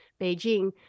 Beijing